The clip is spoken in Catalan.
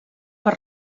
pot